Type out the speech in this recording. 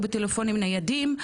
או בטלפונים ניידים,